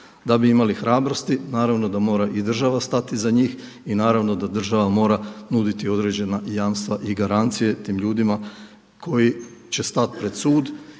Da bi imali hrabrosti naravno da mora i država stati iza njih i naravno da država mora nuditi određena jamstva i garancije tim ljudima koji će stati pred sud,